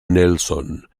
nelson